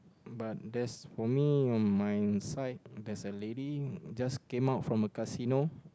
but that's for me on my side there's a lady just came out from a casino